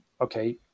okay